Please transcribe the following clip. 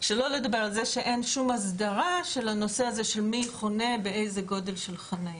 שלא לדבר על זה שאין שום הסדרה של הנושא של מי חונה באיזה גודל של חניה.